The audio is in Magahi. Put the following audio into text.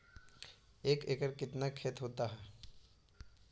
एक एकड़ कितना खेति होता है?